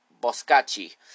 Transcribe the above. Boscacci